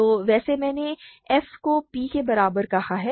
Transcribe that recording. तो वैसे मैंने f को p के बराबर कहा है